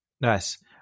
Nice